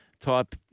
type